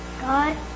God